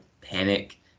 panic